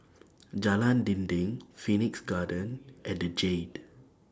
Jalan Dinding Phoenix Garden and The Jade